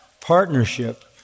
partnership